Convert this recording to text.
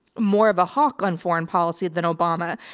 more of a hawk on foreign policy than obama,